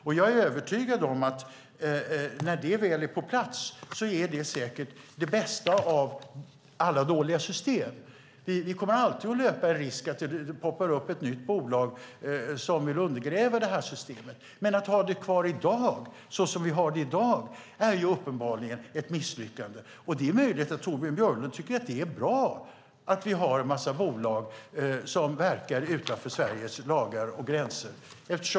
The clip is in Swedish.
Jag är övertygad om att detta, när det väl är på plats, är det bästa av alla dåliga system. Vi kommer alltid att löpa risken att det poppar upp ett nytt bolag som vill undergräva systemet. Men det är uppenbarligen ett misslyckande att ha kvar systemet såsom vi har det i dag. Det är möjligt att Torbjörn Björlund tycker att det är bra att vi har en massa bolag som verkar utanför Sveriges lagar och gränser.